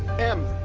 em.